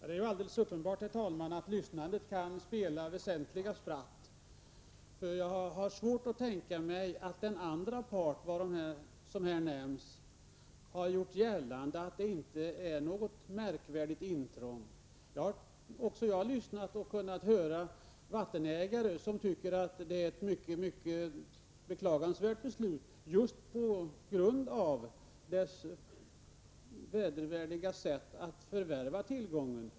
Herr talman! Det är ju alldeles uppenbart att lyssnandet kan spela folk stora spratt. Jag har nämligen svårt att tänka mig att den drabbade parten har gjort gällande att det inte rör sig om något märkvärdigt intrång. Även jag har lyssnat. Jag har hört vattenägare säga att det är ett mycket beklagansvärt beslut just på grund av det vedervärdiga sättet att förvärva tillgången.